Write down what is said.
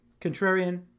Contrarian